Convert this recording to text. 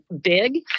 big